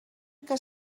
que